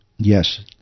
Yes